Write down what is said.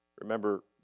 Remember